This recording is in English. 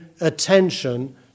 attention